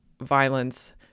violence